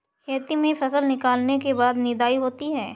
खेती में फसल निकलने के बाद निदाई होती हैं?